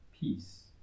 peace